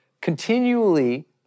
continually